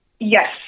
Yes